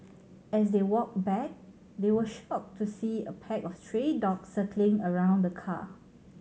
as they walked back they were shocked to see a pack of stray dogs circling around the car